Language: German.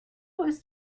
ist